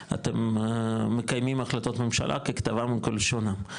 אתם מקיימים החלטות ממשלה ככתבם וכלשונם,